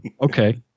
Okay